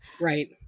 right